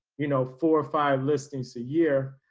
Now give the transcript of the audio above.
you know, four or five listings a year,